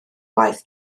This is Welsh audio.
gwaith